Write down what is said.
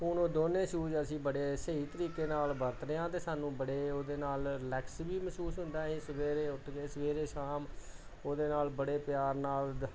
ਹੁਣ ਉਹ ਦੋਵੇਂ ਸ਼ੂਜ ਅਸੀਂ ਬੜੇ ਸਹੀ ਤਰੀਕੇ ਨਾਲ ਵਰਤ ਰਹੇ ਹਾਂ ਅਤੇ ਸਾਨੂੰ ਬੜੇ ਉਹਦੇ ਨਾਲ ਰਿਲੈਕਸ ਵੀ ਮਹਿਸੂਸ ਹੁੰਦਾ ਹੈ ਸਵੇਰੇ ਉੱਠ ਕੇ ਸਵੇਰੇ ਸ਼ਾਮ ਉਹਦੇ ਨਾਲ ਬੜੇ ਪਿਆਰ ਨਾਲ